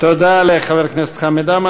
תודה לחבר הכנסת חמד עמאר.